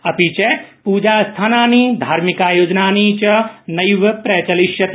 अपि च पूजास्थानानि धार्मिकायोजनानि च न प्रचलति